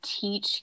teach